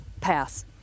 pass